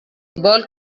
vol